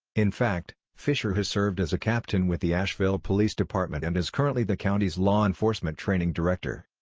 in fact, fisher has served as a captain with the asheville police department and is currently the county's law enforcement training director.